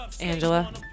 angela